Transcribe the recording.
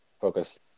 focus